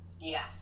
yes